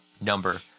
number